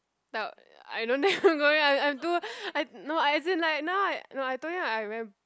I don't think I'm going I'm too I no as in like now I no I told him I very